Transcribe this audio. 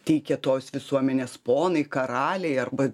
teikė tos visuomenės ponai karaliai arba